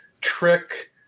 trick